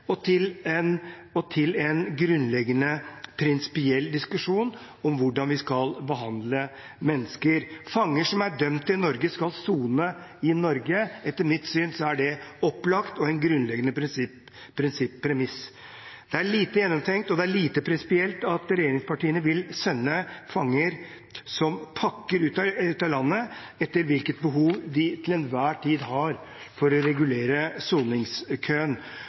og til en grunnleggende prinsipiell diskusjon om hvordan vi skal behandle mennesker. Fanger som er dømt i Norge, skal sone i Norge. Etter mitt syn er det opplagt og en grunnleggende premiss. Det er lite gjennomtenkt og lite prinsipielt at regjeringspartiene vil sende fanger som pakker ut av landet etter hvilket behov vi til enhver tid har for å regulere soningskøen.